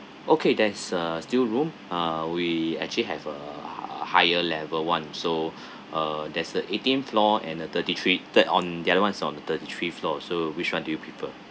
okay there is uh still room uh we actually have a a higher level one so uh there's a eighteen floor and a thirty three third on the other one is on the thirty three floor so which one do you prefer